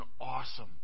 awesome